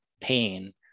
pain